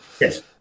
Yes